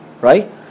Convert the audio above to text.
right